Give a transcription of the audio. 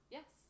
Yes